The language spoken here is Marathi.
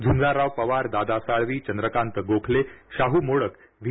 झूंजारराव पवार दादा साळवी चंद्रकांत गोखले शाहू मोडक व्ही